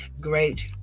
great